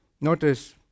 notice